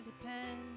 depend